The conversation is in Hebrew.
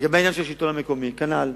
לגבי העניין של השלטון המקומי, כנ"ל.